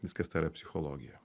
viskas tai yra psichologija